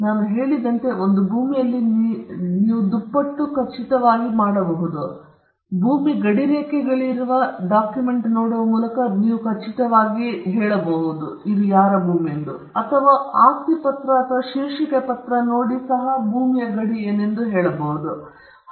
ನಾನು ಹೇಳಿದಂತೆ ಒಂದು ಭೂಮಿಯಲ್ಲಿ ನೀವು ದುಪ್ಪಟ್ಟು ಖಚಿತವಾಗಿ ಮಾಡಬಹುದು ಭೂಮಿ ಗಡಿರೇಖೆಗಳಿರುವ ಡಾಕ್ಯುಮೆಂಟ್ ನೋಡುವ ಮೂಲಕ ನೀವು ಖಚಿತವಾಗಿ ಮಾಡಬಹುದು ನೀವು ಹೋಗಿ ಆಸ್ತಿ ಪತ್ರ ಅಥವಾ ಶೀರ್ಷಿಕೆಯ ಪತ್ರವನ್ನು ನೋಡಬಹುದು ಮತ್ತು ಭೂಮಿಯ ಗಡಿಯು ಏನೆಂದು ನೋಡಬಹುದು